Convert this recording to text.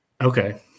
Okay